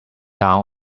down